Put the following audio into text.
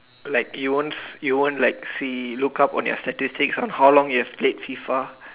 like you won't you won't like see look up on your statistics on how long you've played FIFA